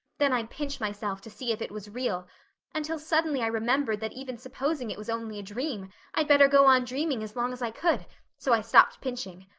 then i'd pinch myself to see if it was real until suddenly i remembered that even supposing it was only a dream i'd better go on dreaming as long as i could so i stopped pinching.